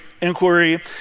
inquiry